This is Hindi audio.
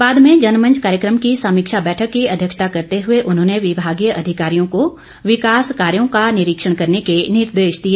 बाद में जनमंच कार्यक्रम की समीक्षा बैठक की अध्यक्षता करते हुए उन्होंने विभागीय अधिकारियों को विकास कार्यो का निरीक्षण करने के निर्देश दिए